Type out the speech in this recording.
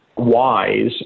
wise